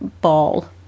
ball